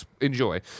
enjoy